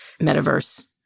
metaverse